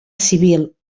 civil